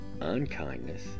unkindness